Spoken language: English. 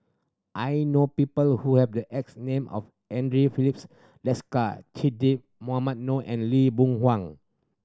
I know people who have the X name as Andre Filipe Desker Che Dah Mohamed Noor and Lee Boon Wang